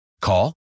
Call